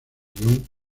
guión